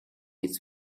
its